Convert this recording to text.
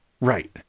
Right